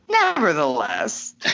Nevertheless